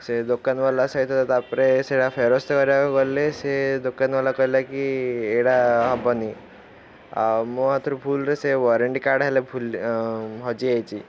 ସେ ଦୋକାନବାଲା ସହିତ ତାପରେ ସେଟା ଫେରସ୍ତ କରିବାକୁ ଗଲେ ସେ ଦୋକାନବାଲା କହିଲା କି ଏଇଟା ହବନି ଆଉ ମୋ ହାତରୁ ଭୁଲରେ ସେ ୱାରେଣ୍ଟି କାର୍ଡ଼ ହେଲେ ଭୁଲ ହଜିଯାଇଛି